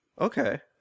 Okay